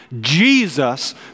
Jesus